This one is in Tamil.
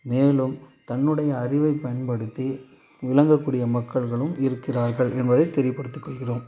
மேலும் தன்னுடைய அறிவை பயன்படுத்தி விளங்கக்கூடிய மக்கள்களும் இருக்கிறார்கள் என்பதை தெரியப்படுத்திக்கொள்கிறோம்